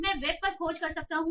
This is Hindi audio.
मैं वेब पर खोज सकता हूं